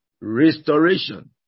restoration